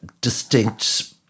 distinct